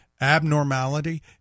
abnormality